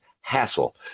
hassle